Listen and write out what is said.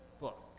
book